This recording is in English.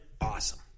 awesome